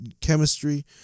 chemistry